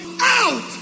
out